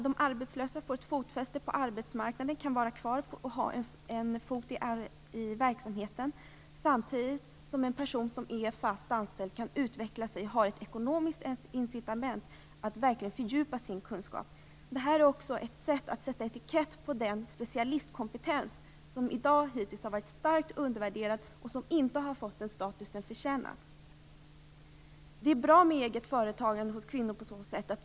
De arbetslösa får därmed fotfäste på arbetsmarknaden och kan fortsatt ha en fot i verksamheten, samtidigt som en fast anställd kan utvecklas och få ett ekonomiskt incitament att verkligen fördjupa sin kunskap. Det här är också en väg att sätta etikett på den specialistkompetens som hittills varit starkt undervärderad och som inte fått den status som den förtjänar. Det är bra med eget företagande för kvinnor.